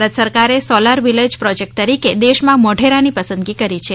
ભારત સરકારે solar village project તરીકે દેશમાં મોઢેરાની પસંદગી કરી છે